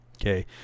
Okay